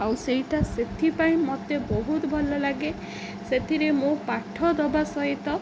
ଆଉ ସେଇଟା ସେଥିପାଇଁ ମୋତେ ବହୁତ ଭଲ ଲାଗେ ସେଥିରେ ମୁଁ ପାଠ ଦବା ସହିତ